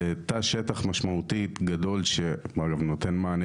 זה תא שטח משמעותי גדול שאגב נותן מענה